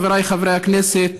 חבריי חברי הכנסת,